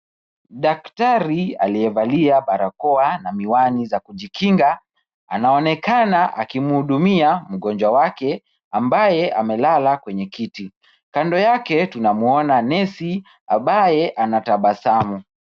Daktari aliyevalia barakoa na miwani za kujikinga, anaonekana akimhudumia mgonjwa wake ambaye amelala kwenye kiti. Kando yake tunamuona nesi ambaye anatabasamu.